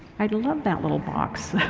i love that little box.